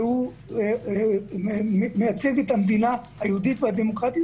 הוא מייצג את המדינה היהודית והדמוקרטית.